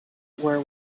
were